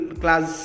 class